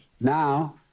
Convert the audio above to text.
Now